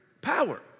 power